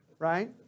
Right